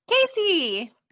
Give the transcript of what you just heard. Casey